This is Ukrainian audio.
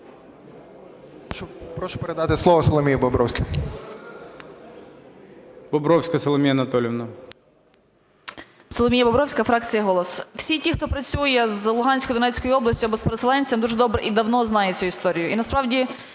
Прошу передати слово Соломії Бобровській.